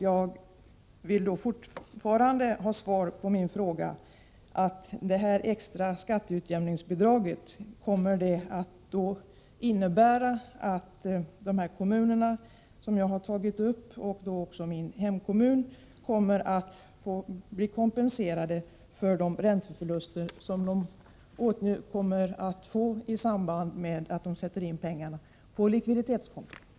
Jag vill fortfarande ha ett svar på min fråga: Kommer det extra skatteutjämningsbidraget att innebära att de kommuner som jag nämnt —- även min hemkommun — blir kompenserade för de ränteförluster som de kommer att drabbas av i samband med att pengarna i fråga sätts in på likviditetskontot?